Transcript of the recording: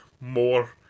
more